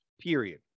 period